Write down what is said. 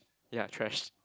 ya trash